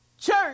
church